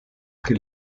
pri